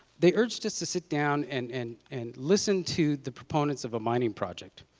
they urged us to sit down and and and listen to the proponents of a mining project.